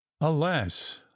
Alas